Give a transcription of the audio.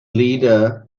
leader